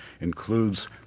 includes